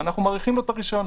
ואנחנו מאריכים לו את הרישיון,